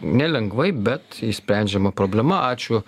nelengvai bet išsprendžiama problema ačiū